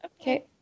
Okay